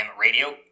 Radio